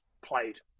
played